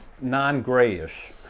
non-grayish